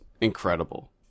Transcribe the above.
incredible